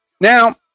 Now